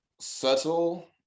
subtle